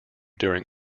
during